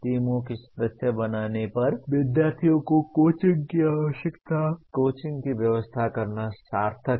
टीमों के सदस्य बनने पर विद्यार्थियों को कोचिंग की व्यवस्था करना सार्थक है